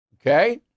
Okay